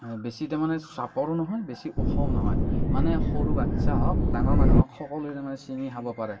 বেছিকৈ মানে চাপৰো নহয় বেছি ওখও নহয় মানে সৰু বাচ্ছা হওক ডাঙৰ মানুহ হওক সকলোৱে তাৰমানে ছিঙি খাব পাৰে